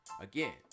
Again